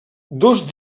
dos